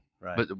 Right